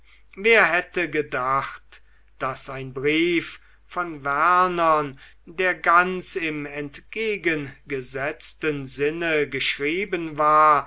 wer hätte gedacht daß ein brief von wernern der ganz im entgegengesetzten sinne geschrieben war